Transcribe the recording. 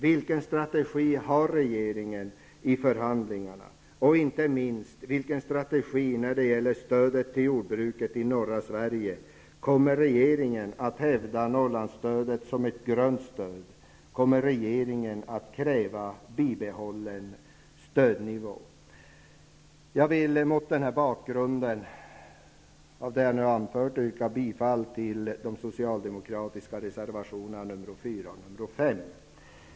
Vilken strategi har regeringen i förhandlingarna? Och, inte minst, vilken är strategin när det gäller stödet till jordbruket i norra Sverige? Kommer regeringen att hävda Norrlandsstödet som ett s.k. grönt stöd? Kommer regeringen att kräva bibehållen stödnivå? Jag vill mot bakgrunden av det jag nu har anfört yrka bifall till de socialdemokratiska reservationerna 4 och 5.